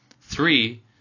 Three